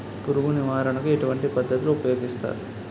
పురుగు నివారణ కు ఎటువంటి పద్ధతులు ఊపయోగిస్తారు?